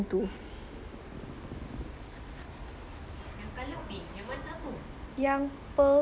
yang pearls dia colour pink then when you go Playmade what you drink sia